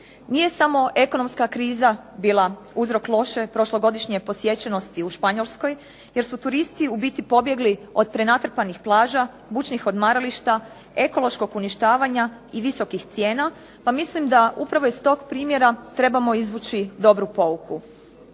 Nije samo ekonomska kriza bila uzrok loše prošlogodišnje posjećenosti u Španjolskoj jer su turisti u biti pobjegli od prenatrpanih plaća, bučnih odmarališta, ekološkog uništava i visokih cijena pa mislim da upravo iz tog primjera trebamo izvući dobru pouku.